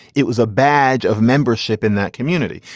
it was a badge of membership in that community.